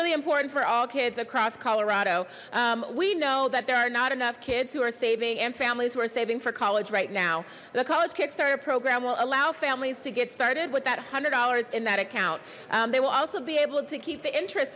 really important for all kids across colorado we know that there are not enough kids who are saving and families who are saving for college right now the college kick starter program will allow families to get started with that hundred dollars in that account they will also be able to keep the interest